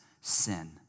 sin